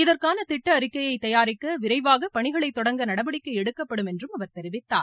இதற்கான திட்ட அறிக்கையை தயாரிக்க விரைவாக பணிகளை தொடங்க நடவடிக்கை எடுக்கப்படும் என்றும் அவர் தெரிவித்தார்